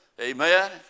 Amen